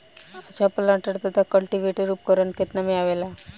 अच्छा प्लांटर तथा क्लटीवेटर उपकरण केतना में आवेला?